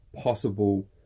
possible